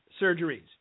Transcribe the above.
Surgeries